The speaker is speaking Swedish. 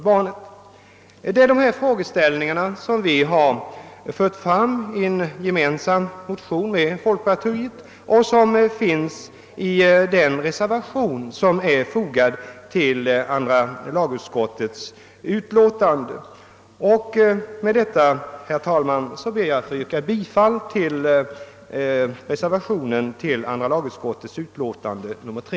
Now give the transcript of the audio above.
Det är dessa frågeställningar vi har framfört i en motion tillsammans med folkpartiet. Synpunkterna återfinns också i den till andra lagutskottets utlåtande fogade reservationen. Med det sagda ber jag, herr talman, att få yrka bifall till den reservation som är fogad till andra lagutskottets utlåtande nr 3.